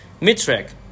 Mid-track